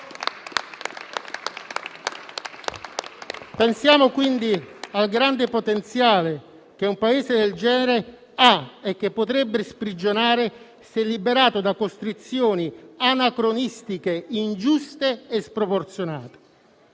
Pensiamo quindi al grande potenziale che un Paese del genere ha e potrebbe sprigionare, se liberato da costrizioni anacronistiche, ingiuste e sproporzionate.